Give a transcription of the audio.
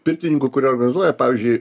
pirtininkų kurie organizuoja pavyzdžiui